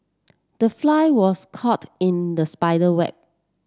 the fly was caught in the spider web